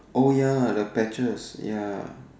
oh ya the patches ya